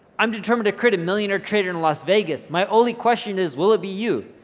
i'm determined to create a millionaire trader in las vegas, my only question is will it be you?